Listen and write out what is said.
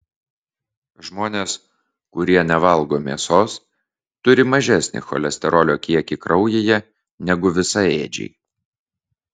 žmonės kurie nevalgo mėsos turi mažesnį cholesterolio kiekį kraujyje negu visaėdžiai